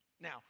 Now